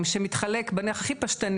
מה קרה במטרו?